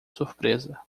surpresa